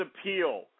appeal